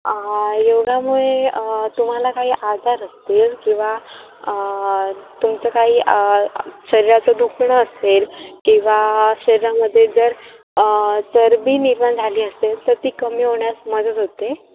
योगामुळे तुम्हाला काही आजार असतील किंवा तुमचं काही शरीराचं दुखणं असेल किंवा शरीरामध्ये जर चरबी निर्माण झाली असेल तर ती कमी होण्यास मदत होते